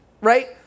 right